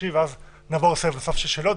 להשיב ואז נעבור לסבב נוסף של שאלות.